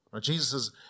Jesus